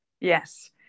yes